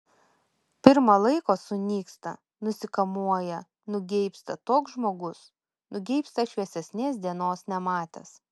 pirma laiko sunyksta nusikamuoja nugeibsta toks žmogus nugeibsta šviesesnės dienos nematęs